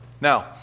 Now